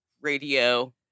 radio